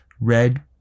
red